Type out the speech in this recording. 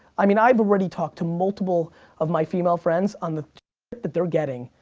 i mean i've already talked to multiple of my female friends, on the that they're getting,